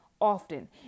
often